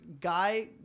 guy